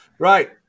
Right